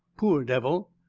poor devil!